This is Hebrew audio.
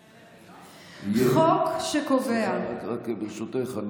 אדוני היושב-ראש, יש עוד משהו בסדר-היום?